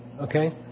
Okay